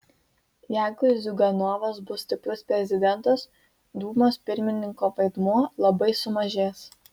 jeigu ziuganovas bus stiprus prezidentas dūmos pirmininko vaidmuo labai sumažės